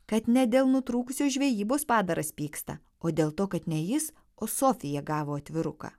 kad ne dėl nutrūkusios žvejybos padaras pyksta o dėl to kad ne jis o sofija gavo atviruką